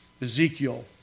Ezekiel